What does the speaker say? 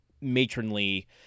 matronly